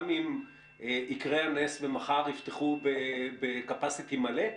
גם אם יקרה הנס ומחר יפתחו בקפסיטי מלא?